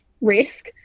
risk